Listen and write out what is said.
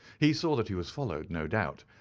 he saw that he was followed, no doubt,